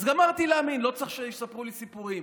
אז גמרתי להאמין, לא צריך שיספרו לי סיפורים.